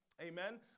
Amen